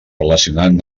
relacionant